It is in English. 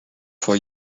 for